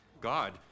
God